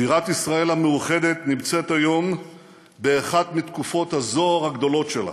בירת ישראל המאוחדת נמצאת היום באחת מתקופות הזוהר הגדולות שלה.